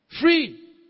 Free